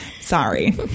Sorry